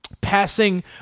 passing